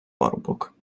парубок